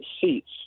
seats